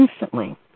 instantly